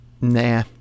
Nah